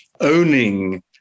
owning